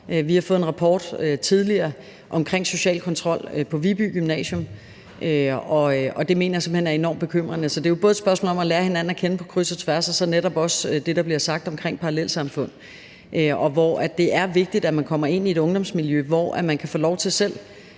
tidligere fået en rapport om social kontrol på Viby Gymnasium, og det mener jeg simpelt hen er enormt bekymrende. Så det er jo både et spørgsmål om at lære hinanden at kende på kryds og tværs og netop også det, der blev sagt om parallelsamfund. Det er vigtigt, at man kommer ind i et ungdomsmiljø, hvor man kan få lov til selv